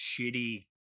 shitty